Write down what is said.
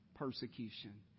persecution